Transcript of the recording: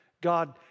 God